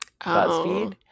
BuzzFeed